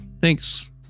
Thanks